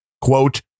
quote